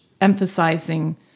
emphasizing